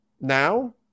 now